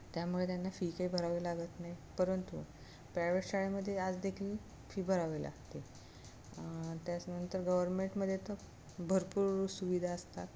त्यामुळे त्यांना फी काही भरावी लागत नाही परंतु प्रायव्हेट शाळेमध्ये आज देखील फी भरावी लागते त्याचनंतर गव्हर्मेंटमध्ये तर भरपूर सुविधा असतात